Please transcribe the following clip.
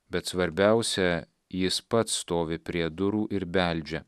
bet svarbiausia jis pats stovi prie durų ir beldžia